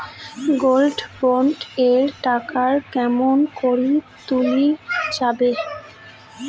Gold bond এর টাকা কেমন করি তুলা যাবে?